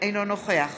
אינו נוכח